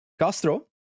Castro